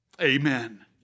Amen